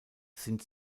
sind